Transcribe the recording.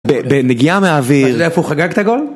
בנגיעה מהאוויר איפה חגגת גולד.